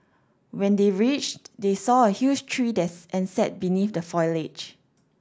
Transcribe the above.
when they reached they saw a huge tree and sat beneath the foliage